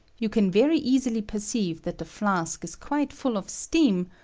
you can very easily perceive that the flask is quite full of steam,